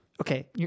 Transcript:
Okay